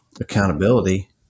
accountability